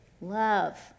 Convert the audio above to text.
Love